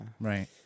Right